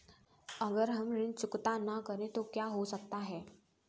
अगर हम ऋण चुकता न करें तो क्या हो सकता है?